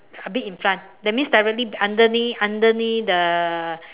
a bit in front that means directly underneath underneath the